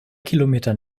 kilometer